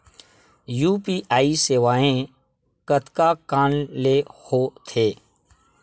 UPI सेवाएं कतका कान ले हो थे?